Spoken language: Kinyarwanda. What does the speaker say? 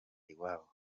iwabo